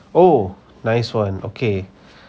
oh nice one okay